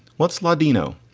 what's ladino?